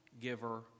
giver